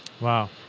Wow